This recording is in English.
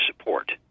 support